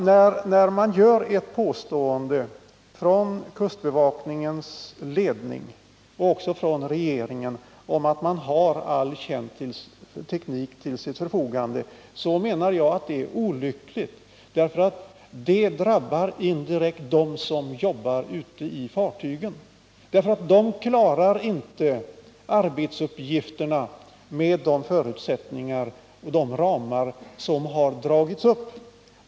När kustbevakningen och även regeringen påstår att man har all känd teknik till sitt förfogande menar jag att det är olyckligt. Det drabbar indirekt dem som jobbar ute på fartygen. De klarar inte arbetsuppgifterna med de ramar som dragits upp.